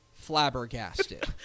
Flabbergasted